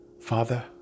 Father